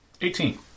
Eighteen